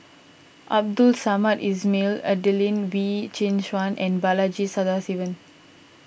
Abdul Samad Ismail Adelene Wee Chin Suan and Balaji Sadasivan